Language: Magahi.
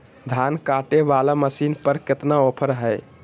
धान कटे बाला मसीन पर कतना ऑफर हाय?